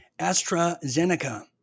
AstraZeneca